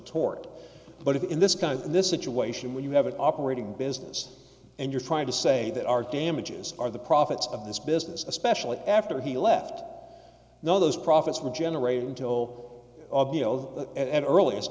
tort but in this kind of this situation when you have an operating business and you're trying to say that our damages are the profits of this business especially after he left those profits will generate until at earliest